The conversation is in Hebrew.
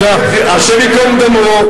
השם ייקום דמו,